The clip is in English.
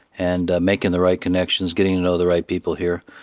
and making the right connections, getting to know the right people here,